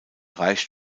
reicht